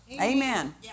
Amen